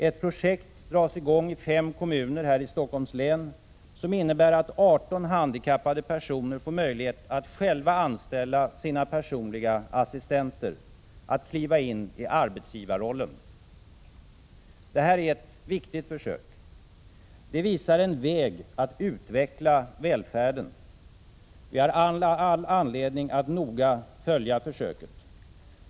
Ett projekt dras i gång i fem kommuner här i Stockholms län, vilket innebär att 18 handikappade människor får möjlighet att själva anställa sina personliga assistenter, att kliva in i arbetsgivarrollen. Det här är ett viktigt försök. Det visar en väg att utveckla välfärden. Vi har all anledning att noga följa försöket.